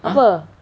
apa